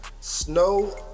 Snow